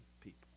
people